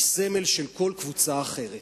מסמל של כל קבוצה אחרת.